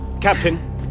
Captain